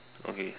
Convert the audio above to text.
okay